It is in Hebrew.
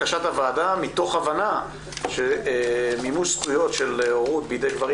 מתוך הבנה שמימוש זכויות של הורות בידי גברים